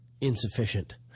insufficient